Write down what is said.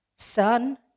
Son